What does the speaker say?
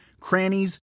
crannies